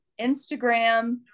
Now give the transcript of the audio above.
instagram